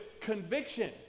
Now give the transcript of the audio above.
conviction